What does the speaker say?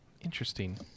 Interesting